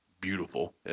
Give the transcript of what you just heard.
beautiful